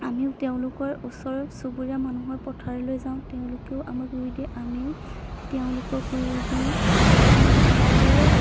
আমিও তেওঁলোকৰ ওচৰ চুবুৰীয়া মানুহৰ পথাৰলৈ যাওঁ তেওঁলোকেও আমাক ৰুই দিয়ে আমিও তেওঁলোকক ৰুই দিওঁ ভালদৰে